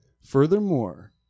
Furthermore